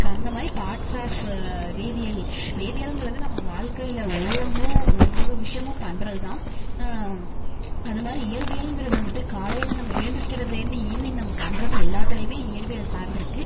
அந்த மாதிரி parts of வேதியியல் வேதியியலுங்குறது நம்ம வாழ்க்கையில ஒவ்வொன்றும் ஒவ்வொரு விஷயமும் பண்ணுறதுதான் அதை மாதிரி இயற்பியலுங்கிறது வந்துட்டு காலையில் நம்ம எழுந்திரிக்கிறதுலேர்ந்து ஈவ்னிங் நம்ம பண்ணுறது எல்லாத்திலையுமே இயற்பியல் சார்ந்திருக்குது